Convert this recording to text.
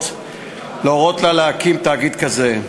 להורות לה להקים תאגיד כזה.